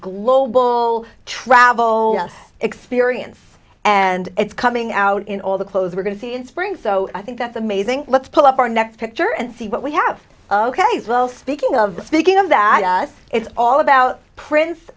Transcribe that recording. global travel experience and it's coming out in all the clothes we're going to see in spring so i think that's amazing let's pull up our next picture and see what we have ok well speaking of speaking of that us it's all about prince